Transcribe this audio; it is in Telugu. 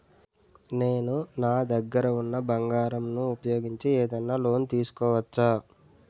నేను నా దగ్గర ఉన్న బంగారం ను ఉపయోగించి ఏదైనా లోన్ తీసుకోవచ్చా?